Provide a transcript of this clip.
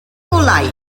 golau